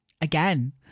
again